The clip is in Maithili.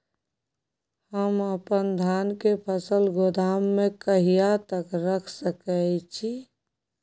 हम अपन धान के फसल गोदाम में कहिया तक रख सकैय छी?